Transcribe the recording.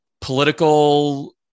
political